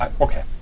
okay